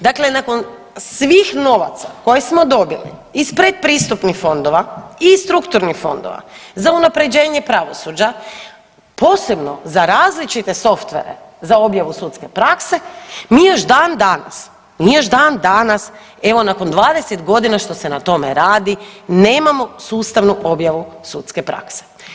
Dakle, nakon svih novaca koje smo dobili iz pretpristupnih fondova i strukturnih fondova za unaprjeđenje pravosuđa, posebno za različite softvere za objavu sudske prakse mi još dan danas, mi još dan danas evo nakon 20.g. što se na tome radi nemamo sustavnu objavu sudske prakse.